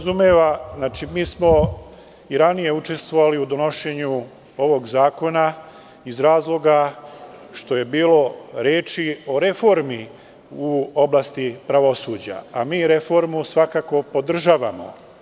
Mi smo i ranije učestvovali u donošenju ovih zakona iz razloga što je bilo reči o reformi u oblasti pravosuđa, a mi reformu svakako podržavamo.